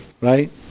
Right